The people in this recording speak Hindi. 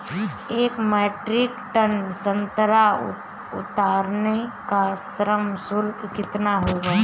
एक मीट्रिक टन संतरा उतारने का श्रम शुल्क कितना होगा?